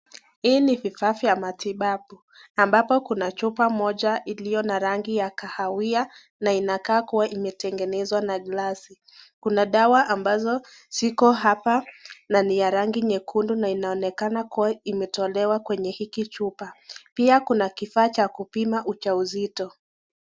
Hii ni vifaa vya matibabu ambapo kuna chupa moja iliyo na rangi ya kahawia na inakaa kuwa imetengenezwa na glasi. Kuna dawa ambazo ziko hapa na ni ya rangi nyekundu na inaonekana kuwa iko na imetolewa kwa hiki chupa. Pia kuna kifaa cha kupima uja uzito.